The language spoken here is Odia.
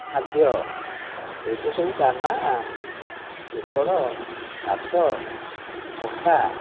ଖାଦ୍ୟ ଏଇ ତ ସବୁ ଦାନା ଚୋକଡ଼ ଘାସ ମକା